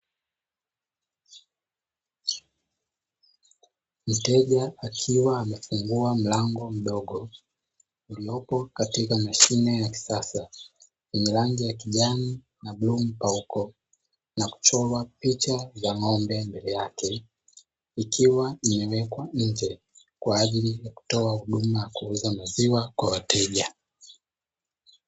Mteja akiwa amefungua, mlango mdogo, ulipo katika mshine ya kisasa, rangi ya kijani na bluu mpauko. Na kuchora picha ya ng'ombe mbele yake, ikiwa ni yeye kwa nje, kwa ajili ya kutoa huduma ya kuuza maziwa kwa wateja."